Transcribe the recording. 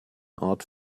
art